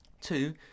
two